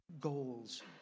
goals